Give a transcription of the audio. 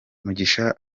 mugisha